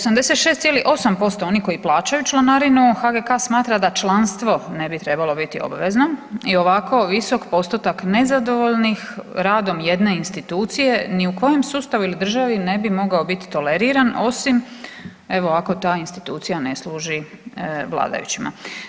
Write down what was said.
86,8% oni koji plaćaju članarinu HGK smatra da članstvo ne bi trebalo biti obvezno i ovako visok postotak nezadovoljnih radom jedne institucije ni u kojem sustavu ili državi ne bi mogao biti toleriran, osim evo ako ta institucija ne služi vladajućima.